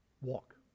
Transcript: walk